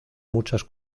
muchas